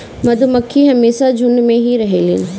मधुमक्खी हमेशा झुण्ड में ही रहेलीन